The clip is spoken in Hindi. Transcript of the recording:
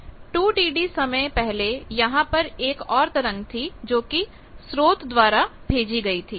2Td समय पहले यहां पर एक और तरंग थी जोकि स्रोत द्वारा भेजी गई थी